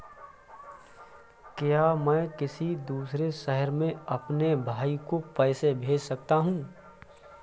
क्या मैं किसी दूसरे शहर में अपने भाई को पैसे भेज सकता हूँ?